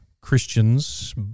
Christians